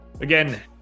Again